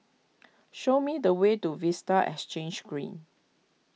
show me the way to Vista Exhange Green